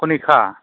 Kanika